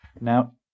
now